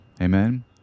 Amen